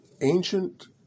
ancient